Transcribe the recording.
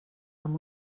amb